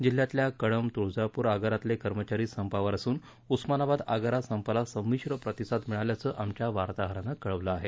जिल्ह्यातल्या कळंब तुळजापूर आगारातले कर्मचारी संपावर असून उस्मानाबाद आगारात संपाला संमिश्र प्रतिसाद मिळाल्याचं आमच्या वार्ताहरानं कळवलं आहे